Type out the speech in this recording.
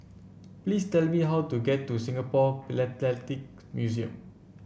please tell me how to get to Singapore Philatelic Museum